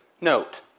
Note